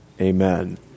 amen